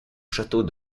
château